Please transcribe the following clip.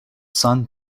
sun